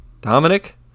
Dominic